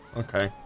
okay